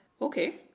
Okay